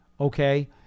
okay